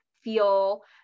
feel